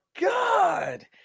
God